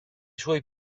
suoi